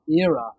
era